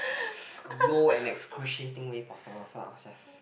slow and excruciating way possible so I was just